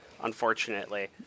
unfortunately